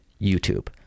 YouTube